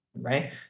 right